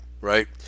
right